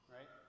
Right